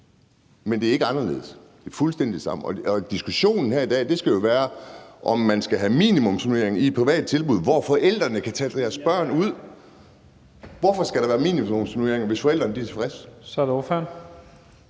Men det er ikke anderledes, det er fuldstændig det samme. Diskussionen her i dag skal jo være, om man skal have minimumsnormering i et privat tilbud, hvor forældrene kan tage deres børn ud. Hvorfor skal der være minimumsnormeringer, hvis forældrene er tilfredse?